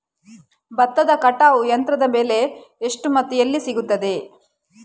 ಭತ್ತದ ಕಟಾವು ಯಂತ್ರದ ಬೆಲೆ ಎಷ್ಟು ಮತ್ತು ಎಲ್ಲಿ ಸಿಗುತ್ತದೆ?